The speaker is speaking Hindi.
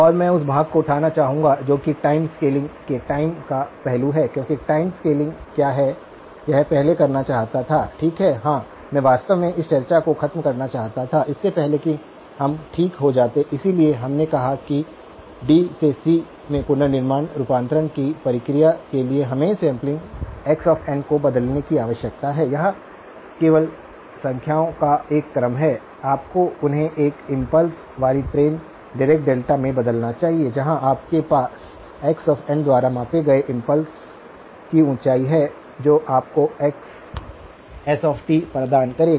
और मैं उस भाग को उठाना चाहूंगा जो कि टाइम स्केलिंग के टाइम का पहलू है क्योंकि टाइम स्केलिंग क्या मैं यह पहले करना चाहता था ठीक है हाँ मैं वास्तव में इस चर्चा को खत्म करना चाहता था इससे पहले कि हम ठीक हो जाते इसलिए हमने कहा कि डी से सी में पुनर्निर्माण रूपांतरण की प्रक्रिया के लिए हमें सैंपलिंग xn को बदलने की आवश्यकता है यह केवल संख्याओं का एक क्रम है आपको उन्हें एक इम्पल्स वाली ट्रेन डायराक डेल्टा में बदलना चाहिए जहां आपके पास xn द्वारा मापे गए इम्पल्स की ऊंचाई है जो आपको xs प्रदान करेगा